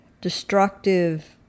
destructive